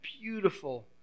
beautiful